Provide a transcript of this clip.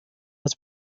was